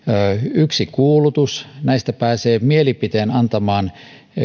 yksi kuulutus näistä pääsee mielipiteen antamaan